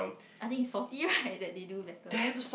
I think salty right that they do better